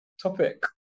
Topic